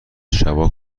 شبا